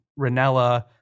ranella